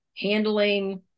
handling